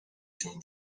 się